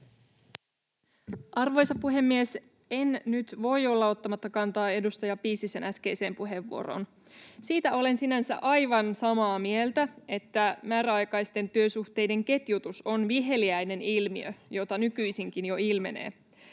Arvoisa puhemies! En nyt voi olla ottamatta kantaa edustaja Piisisen äskeiseen puheenvuoroon. Siitä olen sinänsä aivan samaa mieltä, että määräaikaisten työsuhteiden ketjutus on viheliäinen ilmiö, jota nykyisinkin jo ilmenee.